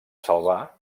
salvar